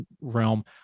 realm